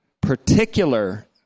particular